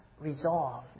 resolve